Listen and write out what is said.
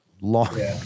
long